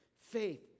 Faith